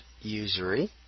usury